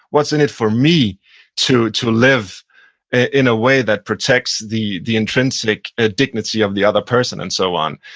what's in it for me to to live in a way that protects the the intrinsic ah dignity of the other person, and so on,